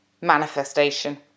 manifestation